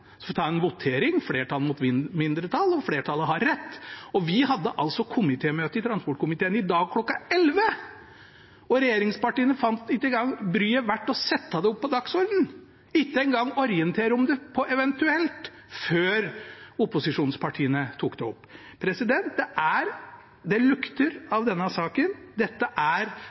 så får et flertall i komiteen vedta det – man tar en votering, flertall mot mindretall, og flertallet har rett. Vi hadde komitémøte i transportkomiteen i dag kl. 11, og regjeringspartiene fant det ikke engang bryet verdt å sette det på dagsordenen, ikke engang orientere om det under eventuelt, før opposisjonspartiene tok det opp. Det lukter av denne saken. Dette er